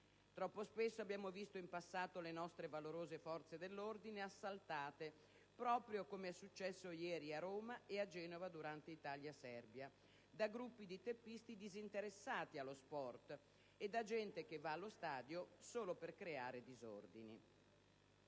Troppo spesso abbiamo visto in passato le nostre valorose forze dell'ordine assaltate, proprio come è successo ieri a Roma e a Genova, durante Italia-Serbia, da gruppi di teppisti disinteressati allo sport e da gente che va allo stadio solo per creare disordini.